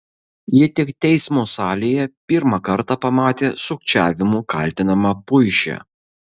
ji tik teismo salėje pirmą kartą pamatė sukčiavimu kaltinamą puišę